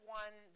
one